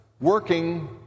working